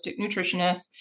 nutritionist